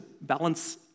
balance